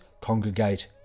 congregate